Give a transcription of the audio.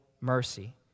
mercy